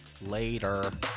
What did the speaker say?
Later